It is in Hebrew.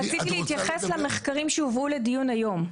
רציתי להתייחס למחקרים שהובאו לדיון היום.